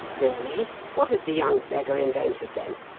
really? what has the young beggar invented, then?